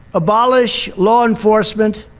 abolish law enforcement,